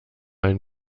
ein